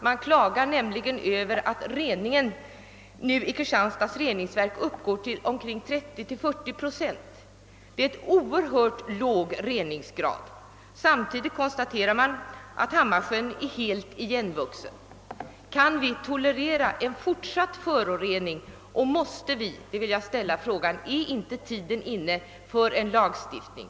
Det klagas nämligen över att reningen i Kristianstads reningsverk bara uppgår till omkring 30—40 procent, vilket är en oerhört låg reningsgrad. Samtidigt konstateras att Hammarsjön är helt igenvuxen. Kan vi tolerera en fortsatt vattenförorening? Jag vill ställa frågan: Är inte tiden inne för en lagstiftning?